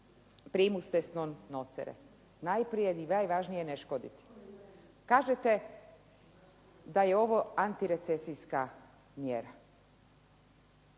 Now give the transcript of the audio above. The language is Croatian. razumije./ ... najprije je i najvažnije ne škoditi. Kažete da je ovo antirecesijska mjera.